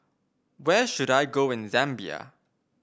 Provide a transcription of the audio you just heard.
where should I go in Zambia